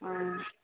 ꯑꯥ